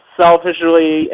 selfishly